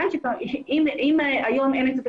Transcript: אם היום אין את הטכנולוגיה,